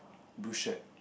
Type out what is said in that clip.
blue shirt